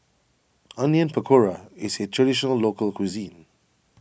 Onion Pakora is a Traditional Local Cuisine